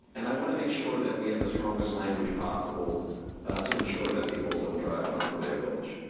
and i wanna make sure that we have the strongest language possible to ensure that people don't drive on north rodeo gulch.